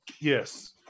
Yes